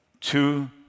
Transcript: Two